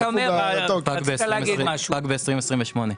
זה פג ב-2028.